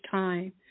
time